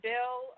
Bill